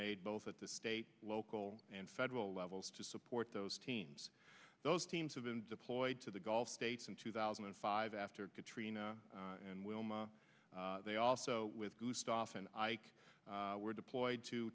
made both at the state local and federal levels to support those teams those teams have been deployed to the gulf states in two thousand and five after katrina and wilma they also with gustaf and ike were deployed to